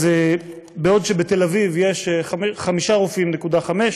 אז בעוד בתל-אביב יש 5.5 רופאים,